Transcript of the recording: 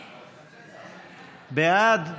בעד,